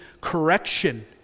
correction